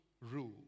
rule